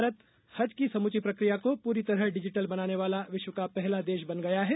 भारत हज की समूची प्रकिया को पूरी तरह डिजिटल बनाने वाला विश्व का पहला देश बन गया है